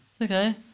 okay